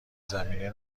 زمینه